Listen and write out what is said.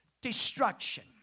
destruction